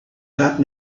that